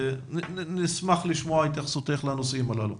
נשמח לשמוע התייחסותך לנושאים הללו.